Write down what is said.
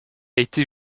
été